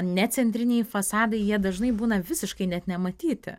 ne centriniai fasadai jie dažnai būna visiškai net nematyti